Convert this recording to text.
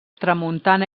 tramuntana